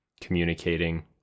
communicating